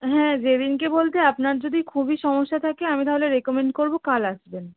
হ্যাঁ যেদিনকে বলতে আপনার যদি খুবই সমস্যা থাকে আমি থাহলে রেকোমেন্ড করবো কাল আসবেন